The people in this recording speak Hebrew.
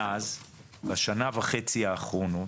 מאז, בשנה וחצי האחרונות,